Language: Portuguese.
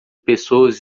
pessoas